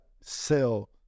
sell